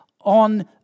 on